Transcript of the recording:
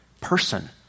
person